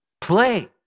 play